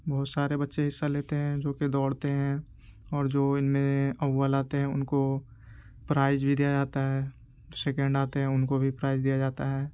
بہت سارے بچے حصہ لیتے ہیں جوکہ دوڑتے ہیں اور جو ان میں اول آتے ہیں ان کو پرائز بھی دیا جاتا ہے سیکنڈ آتے ہیں ان کو بھی پرائز دیا جاتا ہے